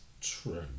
true